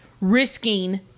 risking